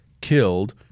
killed